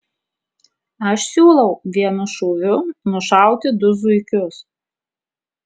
aš siūlau vienu šūviu nušauti du zuikius